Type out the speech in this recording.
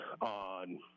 on